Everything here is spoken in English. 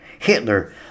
Hitler